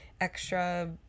extra